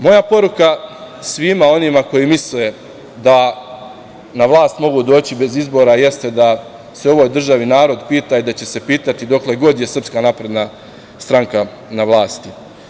Moja poruka svima onima koji misle da na vlast mogu doći bez izbora jeste da se u ovoj državi narod pita i da će se pitati dokle god je SNS na vlasti.